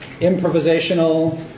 improvisational